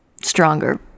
stronger